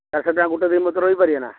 ଚାରିଶହ ଟଙ୍କା ଗୋଟେ ଦିନ ଭିତରେ ରହିପାରିବେ ନା